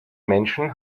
menschen